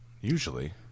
usually